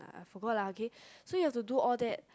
I forgot lah okay so you have to do all that